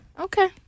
Okay